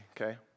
okay